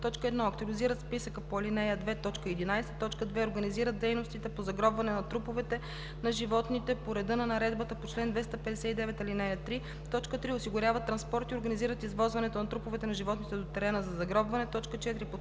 1. актуализират списъка по ал. 2, т. 11; 2. организират дейностите по загробване на труповете на животните по реда на наредбата по чл. 259, ал. 3; 3. осигуряват транспорт и организират извозването на труповете на животните до терена за загробване; 4.